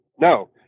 No